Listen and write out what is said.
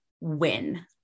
win